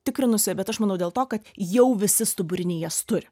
tikrinusi bet aš manau dėl to kad jau visi stuburiniai jas turi